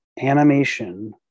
animation